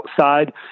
outside